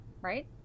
right